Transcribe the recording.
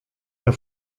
der